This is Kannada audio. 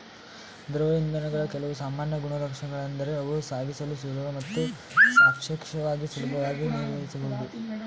ದ್ರವ ಇಂಧನಗಳ ಕೆಲವು ಸಾಮಾನ್ಯ ಗುಣಲಕ್ಷಣಗಳೆಂದರೆ ಅವು ಸಾಗಿಸಲು ಸುಲಭ ಮತ್ತು ಸಾಪೇಕ್ಷವಾಗಿ ಸುಲಭವಾಗಿ ನಿರ್ವಹಿಸಬಹುದು